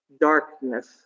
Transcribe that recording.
darkness